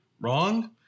wrong